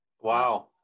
Wow